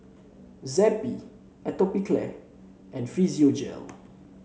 Zappy Atopiclair and Physiogel